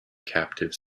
captive